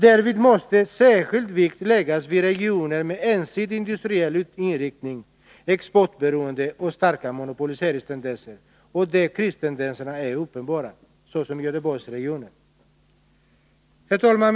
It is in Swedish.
Därvid måste särskild vikt läggas vid regioner med ensidig industriell inriktning, exportberoende och starka monopoliseringstendenser, och där kristendenserna är uppenbara, såsom i Göteborgsregionen. Herr talman!